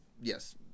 Yes